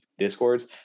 Discords